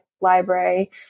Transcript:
library